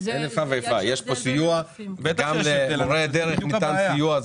גם למורי הדרך ניתן סיוע.